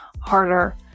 harder